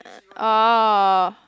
oh